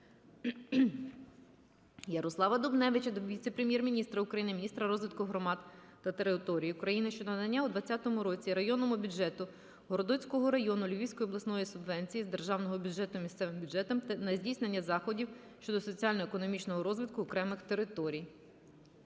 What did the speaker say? Ярослава Дубневича до віце-прем'єр-міністра України - міністра розвитку громад та територій України щодо надання у 2020 році районному бюджету Городоцького району Львівської області субвенції з державного бюджету місцевим бюджетам на здійснення заходів щодо соціально-економічного розвитку окремих територій.